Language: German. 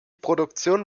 produktion